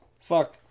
Fuck